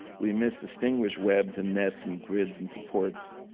we mis-distinguish webs and nets and grids and supports.